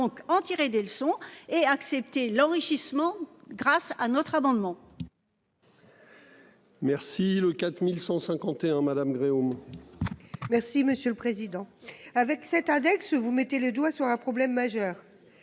donc en tirer des leçons et accepter l'enrichissement grâce à notre abonnement. Merci le 4151 madame Gréaume. Merci monsieur le président. Avec cet index vous mettez le doigt sur un problème majeur.